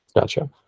Gotcha